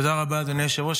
תודה רבה, אדוני היושב-ראש.